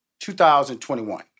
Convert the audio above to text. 2021